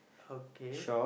okay